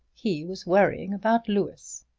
he was worrying about louis.